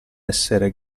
essere